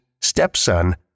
stepson